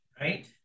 Right